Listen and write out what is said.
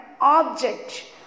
object